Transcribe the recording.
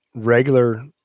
regular